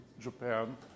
Japan